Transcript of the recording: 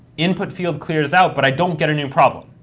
input field clears out, but i don't get a new problem,